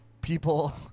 people